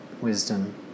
wisdom